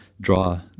draw